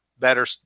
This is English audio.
better